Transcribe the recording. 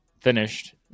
finished